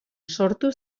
sortu